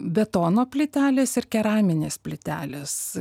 betono plytelės ir keraminės plytelės